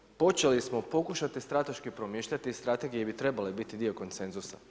Dakle, počeli smo pokušati strateški promišljati i strategije bi trebale biti dio konsenzusa.